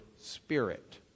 spirit